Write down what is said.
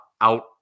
out